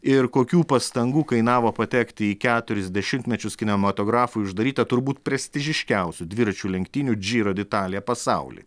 ir kokių pastangų kainavo patekti į keturis dešimtmečius kinematografui uždarytą turbūt prestižiškiausių dviračių lenktynių džiro de italija pasauly